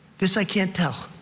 this i can't tell.